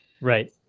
Right